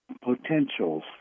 potentials